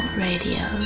radio